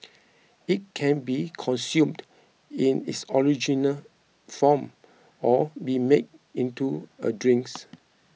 it can be consumed in its original form or be made into a drinks